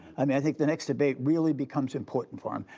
um i think the next debate really becomes important for him.